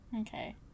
Okay